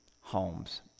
homes